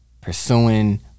pursuing